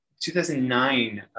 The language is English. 2009